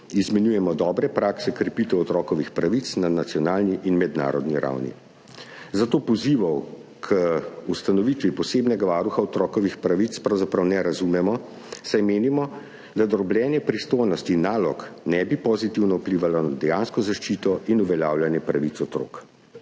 izmenjujemo dobre prakse krepitev otrokovih pravic na nacionalni in mednarodni ravni. Zato pozivov k ustanovitvi posebnega varuha otrokovih pravic pravzaprav ne razumemo, saj menimo, da drobljenje pristojnosti in nalog ne bi pozitivno vplivalo na dejansko zaščito in uveljavljanje pravic otrok.